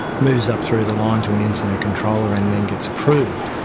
moves up through the line to an internet controller and then gets approved.